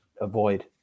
avoid